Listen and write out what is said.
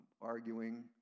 arguing